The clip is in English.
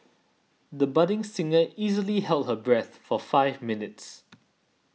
the budding singer easily held her breath for five minutes